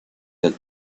del